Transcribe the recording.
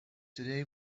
today